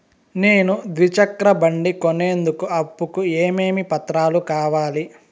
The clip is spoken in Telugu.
నేను ద్విచక్ర బండి కొనేందుకు అప్పు కు ఏమేమి పత్రాలు కావాలి?